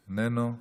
איננו,